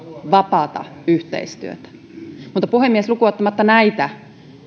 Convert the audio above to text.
vapaata yhteistyötä puhemies lukuun ottamatta näitä